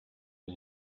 and